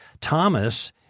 Thomas—